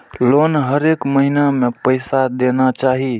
Loan हरेक महीना में पैसा देना चाहि?